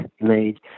made